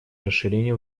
расширения